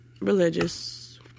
religious